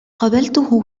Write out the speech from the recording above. قابلته